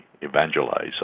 evangelize